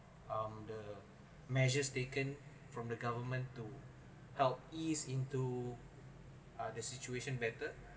um the measures taken from the government to help ease into uh the situation better